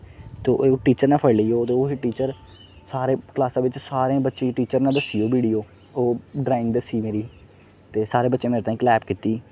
ते ओह् टीचर ने फगड़ी लेई ओह् ते टीचर सारे क्लासै बिच्च सारे बच्चें गी टीचर ने दस्सी ओह् विडियो ओह् ड्रांइग दस्सी मेरी ते सारे बच्चें मेरे ताहीं क्लैप कीती